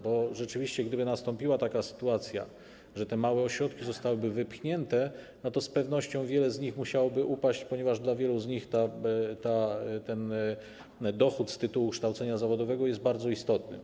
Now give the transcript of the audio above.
Bo gdyby rzeczywiście nastąpiła taka sytuacja, że małe ośrodki zostałyby wypchnięte, to z pewnością wiele z nich musiałoby upaść, ponieważ dla wielu z nich dochód z tytułu kształcenia zawodowego jest bardzo istotny.